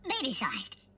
baby-sized